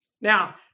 Now